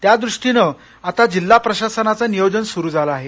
त्यादृष्टीनं आता जिल्हा प्रशासनाचं नियोजन सुरू झालं आहे